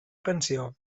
pensió